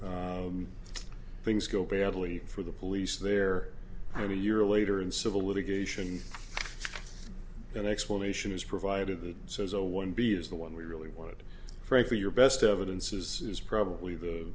b things go badly for the police there i mean year later in civil litigation an explanation is provided that says a one b is the one we really wanted frankly your best evidence is probably the